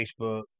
Facebook